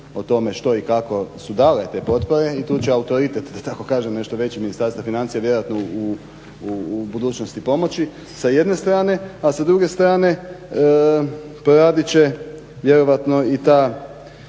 o tome što i kako su dale te potpore i tu će autoritet da tako kažem nešto veći Ministarstva financija vjerojatno u budućnosti pomoći sa jedne strane. A sa druge strane proradit će vjerojatno i ta